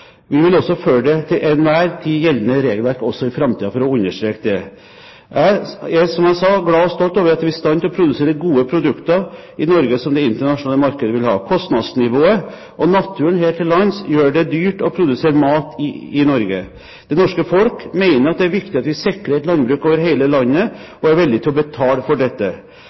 Vi vil følge det til enhver tid gjeldende regelverk også i framtiden, for å understreke det. Jeg er, som jeg sa, glad for og stolt over at vi produserer gode produkter i Norge som det internasjonale markedet vil ha. Kostnadsnivået og naturen her til lands gjør det dyrt å produsere mat i Norge. Det norske folk mener at det er viktig at vi sikrer et landbruk over hele landet, og er villig til å betale for dette.